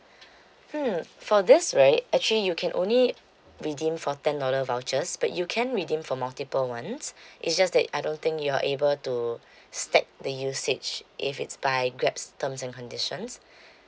mm for this right actually you can only redeem for ten dollar vouchers but you can redeem for multiple ones it's just that I don't think you are able to stack the usage if it's by grab's terms and conditions